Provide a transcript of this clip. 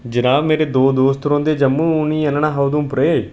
जनाब मेरे दो दोस्त रौंह्दे जम्मू उ'नेंगी आह्नना हा उधमपुरै